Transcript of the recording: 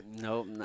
Nope